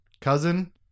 cousin